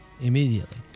immediately